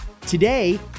Today